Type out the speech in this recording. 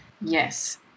Yes